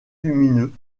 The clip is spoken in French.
lumineux